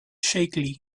shakily